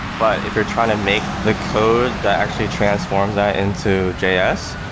but if you're trying to make the code that actually transforms that into js,